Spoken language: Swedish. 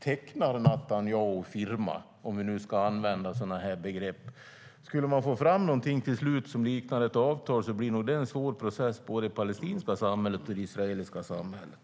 Tecknar Netanyahu firma, om vi nu ska använda sådana begrepp? Om man till slut ska få fram någonting som liknar ett avtal blir det nog en svår process både i det palestinska och i det israeliska samhället.